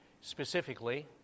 Specifically